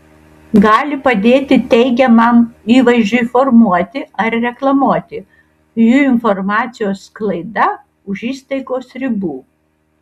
gali padėti teigiamam įvaizdžiui formuoti ar reklamuoti jų informacijos sklaida už įstaigos ribų